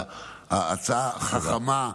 ההצעה החכמה,